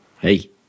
Hey